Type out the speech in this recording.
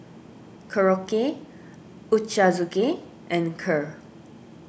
Korokke Ochazuke and Kheer